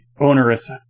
onerous